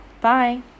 Bye